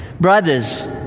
Brothers